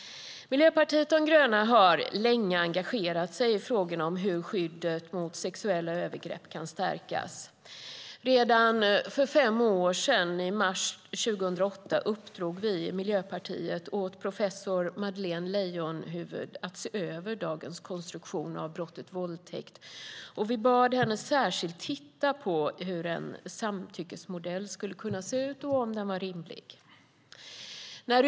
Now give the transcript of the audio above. Miljöpartiet de gröna har länge engagerat sig i frågorna om hur skyddet mot sexuella övergrepp kan stärkas. Redan för fem år sedan, i mars 2008, uppdrog vi i Miljöpartiet åt professor Madeleine Leijonhufvud att se över dagens konstruktion av brottet våldtäkt. Vi bad henne att särskilt titta på hur en samtyckesmodell skulle kunna se ut och om den var rimlig.